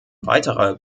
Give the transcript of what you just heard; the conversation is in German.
weiterer